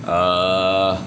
err